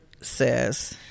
says